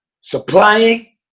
Supplying